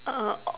err uh